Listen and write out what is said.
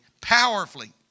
powerfully